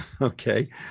Okay